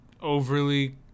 overly